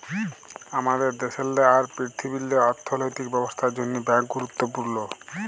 আমাদের দ্যাশেল্লে আর পীরথিবীল্লে অথ্থলৈতিক ব্যবস্থার জ্যনহে ব্যাংক গুরুত্তপুর্ল